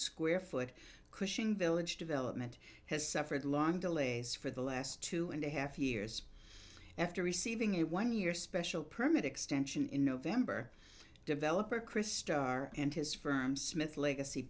square foot cushing village development has suffered long delays for the last two and a half years after receiving a one year special permit extension in november developer christo r and his firm smith legacy